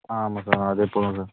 ஆ ஆமாம் சார் அதே போதும் சார்